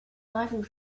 diving